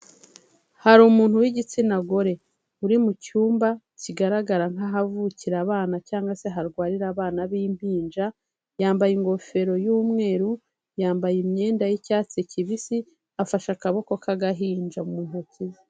Hari umuntu w'igitsina gore, uri mu cyumba kigaragara nk'ahavukira abana cyangwa se harwarira abana b'impinja, yambaye ingofero y'umweru, yambaye imyenda y'icyatsi kibisi, afashe akaboko k'agahinja mu ntoki ze.